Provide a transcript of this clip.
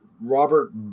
Robert